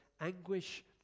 anguish